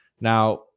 now